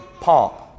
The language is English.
pomp